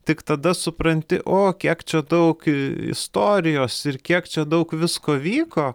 tik tada supranti o kiek čia daug istorijos ir kiek čia daug visko vyko